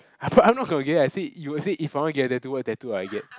I'm not I'm not gonna get I said you said if I wanna get a tattoo what tattoo I get